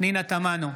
פנינה תמנו,